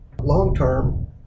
long-term